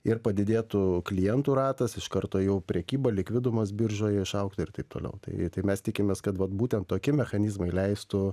ir padidėtų klientų ratas iš karto jau prekyba likvidumas biržoje išaugtų ir taip toliau tai tai mes tikimės kad vat būtent tokie mechanizmai leistų